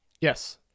yes